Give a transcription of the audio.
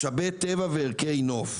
משאבי טבע וערכי נוף.